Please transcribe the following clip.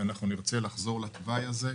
אנחנו נרצה לחזור לתוואי הזה.